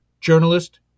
journalist